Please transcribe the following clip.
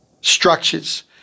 structures